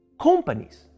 Companies